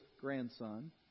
grandson